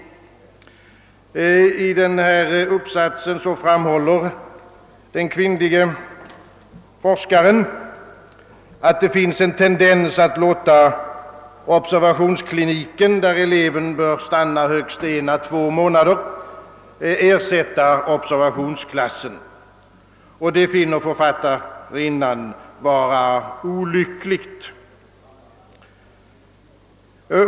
I uppsatsen framhåller den kvinnliga forskaren, att det finns en tendens att låta observationskliniken, där eleven bör stanna högst en å två månader, ersätta observationsklassen, och det anser författarinnan vara olyckligt.